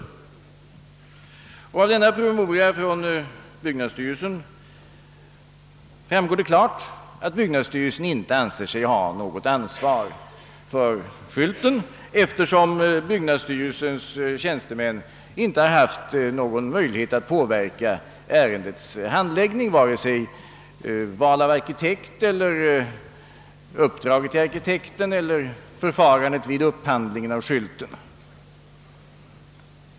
Av denna promemoria från byggnadsstyrelsen framgår det klart att byggnadsstyrelsen inte anser sig ha något ansvar för skylten, eftersom byggnadsstyrelsens tjänstemän inte har haft någon möjlighet att påverka ärendets handläggning vare sig vid val av arkitekt, när det gäller uppdraget till arkitekten, eller när det gäller förfarandet vid upphandling av skylten.